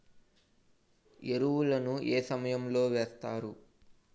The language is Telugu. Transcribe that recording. ఎరువుల ను ఏ సమయం లో వేస్తారు?